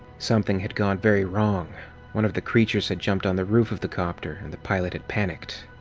something had gone very wrong one of the creatures had jumped on the roof of the copter and the pilot had panicked.